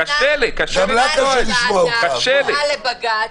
קשה לי לשמוע את זה.